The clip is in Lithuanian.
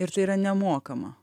ir čia yra nemokama